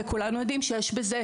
וכולנו יודעים שיש בזה,